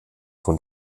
von